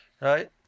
Right